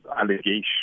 allegation